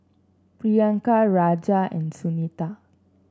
Priyanka Raja and Sunita